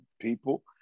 people